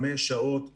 חמש שעות בממוצע,